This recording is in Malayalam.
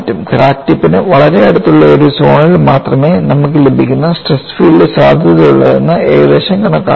ക്രാക്ക് ടിപ്പിന് വളരെ അടുത്തുള്ള ഒരു സോണിൽ മാത്രമേ നമുക്ക് ലഭിക്കുന്ന സ്ട്രെസ് ഫീൽഡ് സാധുതയുള്ളതെന്നത് ഏകദേശം കണക്കാക്കുന്നു